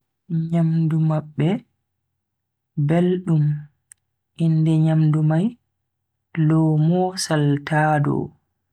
Nyamdu mabbe beldum, inde nyamdu mai lomo saltado.